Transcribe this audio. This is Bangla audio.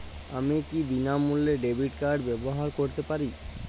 আমি কি বিনামূল্যে ডেবিট কার্ড ব্যাবহার করতে পারি?